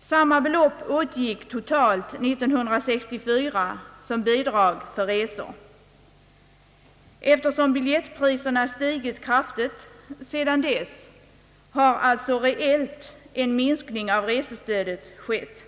Samma belopp åtgick totalt år 1964 som bidrag för resor. Eftersom biljettpriserna stigit kraftigt sedan dess, har alltså reellt en minskning av resestödet skett.